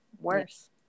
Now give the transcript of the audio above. worse